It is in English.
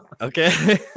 Okay